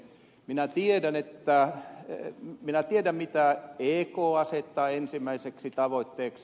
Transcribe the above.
minä tiedän mitä ek asettaa ensimmäiseksi tavoitteeksi